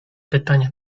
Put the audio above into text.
pytania